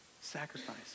Sacrifice